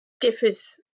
differs